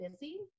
busy